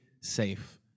safe